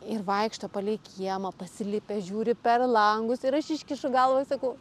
ir vaikšto palei kiemą pasilipę žiūri per langus ir aš iškišu galvą sakau